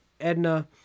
Edna